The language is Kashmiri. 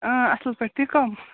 اۭں اصٕل پٲٹھۍ تُہۍ کم